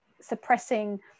suppressing